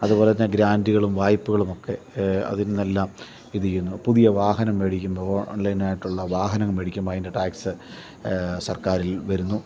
അതുപോലെത്തന്നെ ഗ്രാൻറ്റ്കളും വായ്പ്പകളും ഒക്കെ അതിൽനിന്നെല്ലാം ഇത് ചെയ്യുന്നു പുതിയ വാഹനം മേടിക്കുമ്പോൾ ഓൺലൈൻ ആയിട്ടുള്ള വാഹനം മേടിക്കുമ്പോൾ അതിൻ്റെ ടാക്സ് സർക്കാരിൽ വരുന്നു